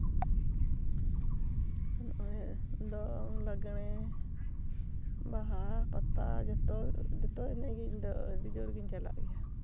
ᱱᱚᱜᱼᱚᱭ ᱫᱚᱝ ᱞᱟᱜᱽᱬᱮ ᱵᱟᱦᱟ ᱯᱟᱛᱟ ᱡᱷᱚᱛᱚ ᱡᱚᱛᱚ ᱮᱱᱮᱡ ᱜᱮ ᱤᱧ ᱫᱚ ᱟᱹᱰᱤ ᱡᱳᱨ ᱜᱤᱧ ᱪᱟᱞᱟᱜ ᱜᱮᱭᱟ